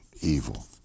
evil